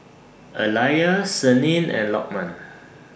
Alya Senin and Lokman